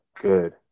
good